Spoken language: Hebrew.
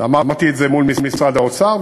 ואמרתי את זה מול משרד האוצר,